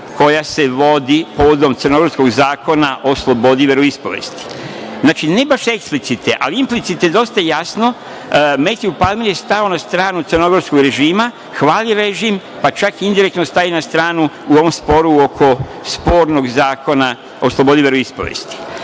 koja se vodi povodom crnogorskog Zakona o slobodi veroispovesti. Znači, ne baš eksplicite, ali implicite dosta jasno, Metju Palemer je stao na stranu crnogorskog režima, hvali režim, pa čak, indirektno staje na stranu u ovom sporu oko spornog Zakona o slobodi veroispovesti,